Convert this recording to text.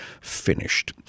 finished